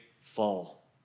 fall